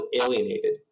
alienated